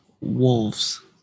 Wolves